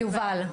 שנייה.